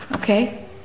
Okay